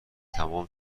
تمام